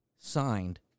signed